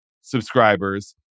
subscribers